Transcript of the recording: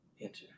enter